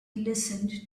listened